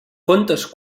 contes